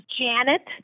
Janet